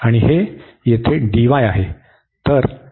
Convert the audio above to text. आणि हे येथे dy आहे